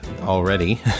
already